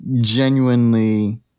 genuinely –